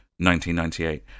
1998